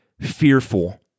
fearful